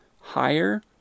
higher